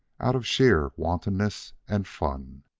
out of sheer wantonness and fun.